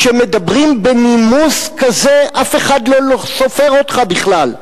כשמדברים בנימוס כזה אף אחד לא סופר אותך בכלל.